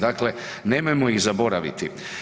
Dakle, nemojmo ih zaboraviti.